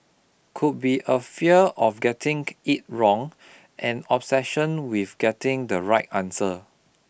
could be a fear of getting it wrong an obsession with getting the right answer